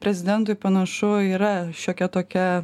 prezidentui panašu yra šiokia tokia